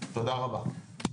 תודה רבה.